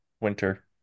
winter